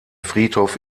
friedhof